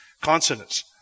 consonants